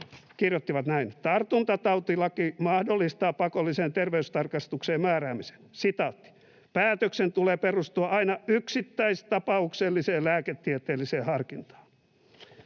näkemystä: ”Tartuntatautilaki mahdollistaa pakolliseen terveystarkastukseen määräämisen. Päätöksen tulee perustua aina yksittäistapaukselliseen lääketieteelliseen harkintaan.”